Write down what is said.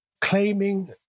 claiming